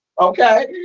Okay